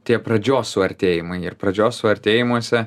tie pradžios suartėjimai ir pradžios suartėjimuose